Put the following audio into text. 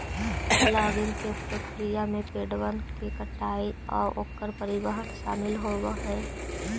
logging के प्रक्रिया में पेड़बन के कटाई आउ ओकर परिवहन शामिल होब हई